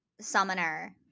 Summoner